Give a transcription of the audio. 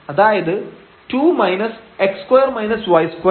അതായത് 2 x 0 ആവണം